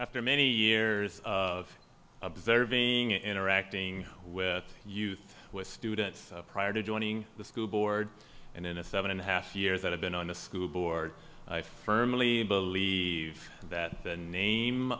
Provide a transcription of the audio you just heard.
after many years of observing interacting with youth with students prior to joining the school board and in a seven and a half years that i've been on the school board i firmly believe that the name